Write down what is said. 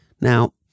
Now